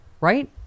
right